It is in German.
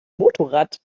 motorrad